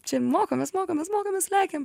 čia mokomės mokomės mokomės lekiam